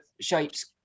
shapes